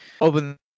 open